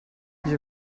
you